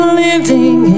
living